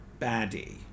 baddie